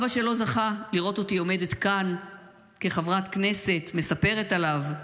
אבא לא זכה לראות אותי עומדת כאן כחברת הכנסת ומספרת עליו.